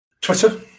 Twitter